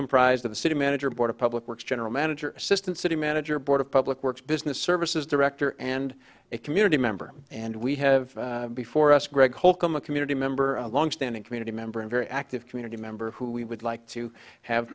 comprised of the city manager board of public works general manager assistant city manager board of public works business services director and a community member and we have before us greg holcomb a community member a longstanding community member and very active community member who we would like to have